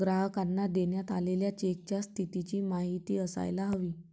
ग्राहकांना देण्यात आलेल्या चेकच्या स्थितीची माहिती असायला हवी